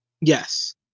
Yes